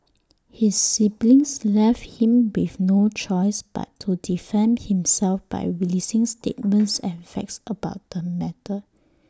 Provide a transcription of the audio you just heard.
his siblings left him with no choice but to defend himself by releasing statements and facts about the matter